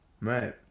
Right